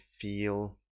feel